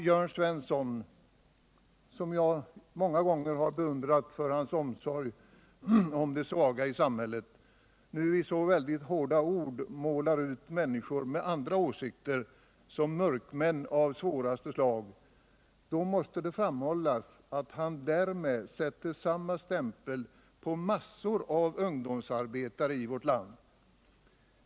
Jörn Svensson, som jag så många gånger beundrat för hans omsorg om de svaga i samhället, målar här ut människor med andra åsikter i väldigt hårda ord och kallar dem mörkmän av svåraste slag. Då måste det framhållas att han därmed sätter samma stämpel på massor av ungdomsarbetare i vårt land.